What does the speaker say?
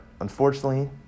unfortunately